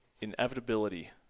inevitability